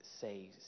say